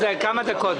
זה יימשך רק כמה דקות.